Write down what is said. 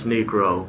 Negro